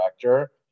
director